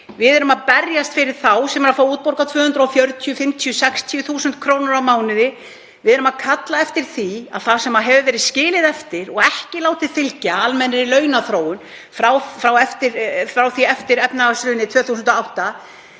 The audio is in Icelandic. Við erum að berjast fyrir þá sem fá 240.000–260.000 kr. í útborgun á mánuði. Við erum að kalla eftir því að það sem hefur verið skilið eftir og ekki látið fylgja almennri launaþróun frá því eftir efnahagshrunið 2008